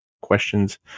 questions